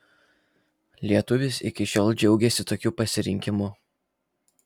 lietuvis iki šiol džiaugiasi tokiu pasirinkimu